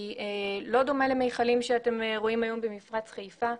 לא דומה למכלים שאתם רואים היום במפרץ חיפה,